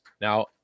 now